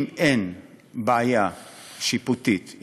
אם אין בעיה שיפוטית,